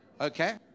Okay